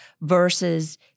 versus